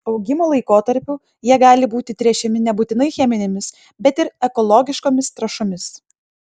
augimo laikotarpiu jie gali būti tręšiami nebūtinai cheminėmis bet ir ekologiškomis trąšomis